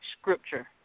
scripture